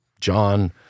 John